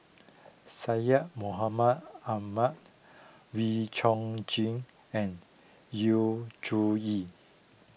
Syed Mohamed Ahmed Wee Chong Jin and Yu Zhuye